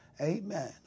amen